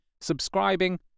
subscribing